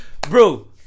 bro